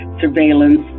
surveillance